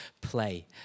play